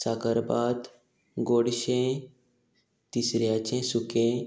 साकरभात गोडशें तिसऱ्याचें सुकें